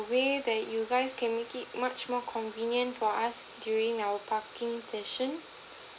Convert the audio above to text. way that you guys can make it much more convenient for us during our parking session